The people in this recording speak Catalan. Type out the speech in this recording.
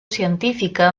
científica